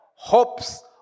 hopes